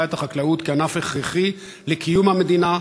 את החקלאות לענף הכרחי לקיום המדינה,